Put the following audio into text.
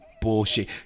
bullshit